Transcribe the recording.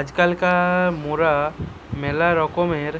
আজকাল মোরা মেলা রকমের